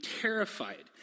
terrified